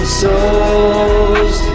souls